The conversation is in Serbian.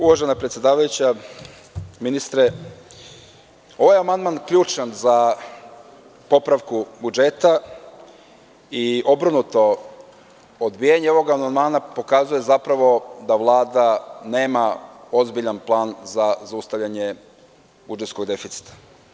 Uvažena predsedavajuća, ministre, ovaj amandman je ključan za popravku budžeta i obrnuto, odbijanje ovog amandmana pokazuje zapravo da Vlada nema ozbiljan plan za zaustavljanje budžetskog deficita.